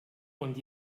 und